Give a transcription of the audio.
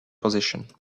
position